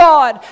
God